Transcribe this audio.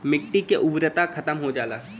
मट्टी के उर्वरता खतम हो जाला